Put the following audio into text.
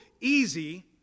easy